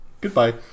goodbye